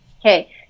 Okay